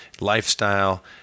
lifestyle